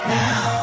now